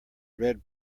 read